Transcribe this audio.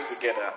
together